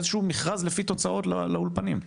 איזשהו מכרז לפי תוצאות לאולפנים.